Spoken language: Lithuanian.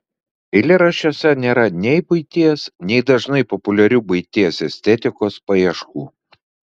eilėraščiuose nėra nei buities nei dažnai populiarių buities estetikos paieškų